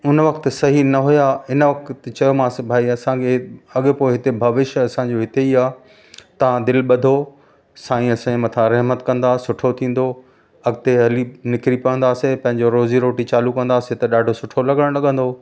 हुन वक़्तु सही न हुआ हिन वक़्तु चयोमांसि भई असांखे अॻे पोइते भविष्य असांजो हिते ई आहे तव्हां दिलि ॿधो साईं असांजे मथां रहमत कंदासीं सुठो थींदो अॻिते हली निकिरी पवंदासी पंहिंजो रोज़ी रोटी चालू कंदासीं त ॾाढो सुठो लॻणु लॻंदो